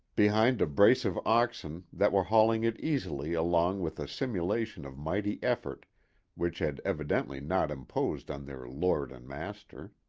behind a brace of oxen that were hauling it easily along with a simulation of mighty effort which had evidently not imposed on their lord and master.